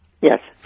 Yes